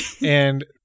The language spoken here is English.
and-